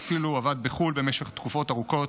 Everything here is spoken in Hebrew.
ואפילו עבד בחו"ל במשך תקופות ארוכות,